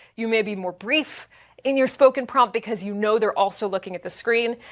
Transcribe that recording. you may be more brief in your spoken prompt because you know they're also looking at the screen.